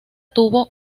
tuvo